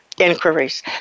inquiries